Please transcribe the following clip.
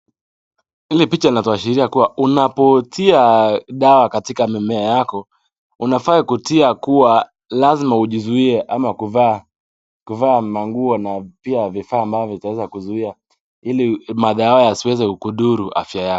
Hili picha linatuashiria kua, unapotia dawa katika mimea yako, unafaa kutia kua lazima ujizuie ama kuvaa manguo na pia vifaa ambavyo vitaweza kuzuia ili madawa haya yasiweze kukudhuru afya yako.